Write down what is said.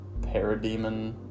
parademon